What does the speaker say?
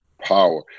power